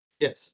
Yes